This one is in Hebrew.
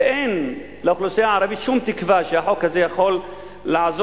ואין לאוכלוסייה הערבית שום תקווה שהחוק הזה יכול לעזור